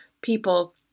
people